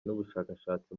by’ubushakashatsi